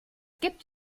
gibt